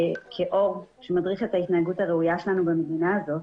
כאור שמדריך את התנהגות הראויה שלנו במדינה הזו.